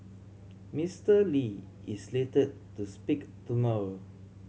Mister Lee is slated to speak tomorrow